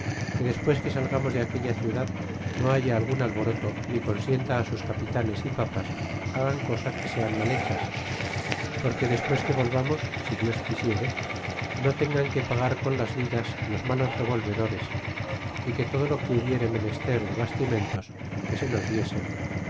que despues que salgamos de aquella ciudad no haya algun alboroto ni consienta sus capitanes é papas hagan cosas que sean mal hechas porque despues que volvamos si dios quisiere no tengan que pagar con las vidas los malos revolvedores é que todo lo que hubiere menester de bastimentos que se los diesen